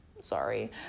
Sorry